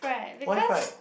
why fried